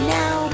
now